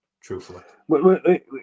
truthfully